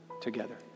together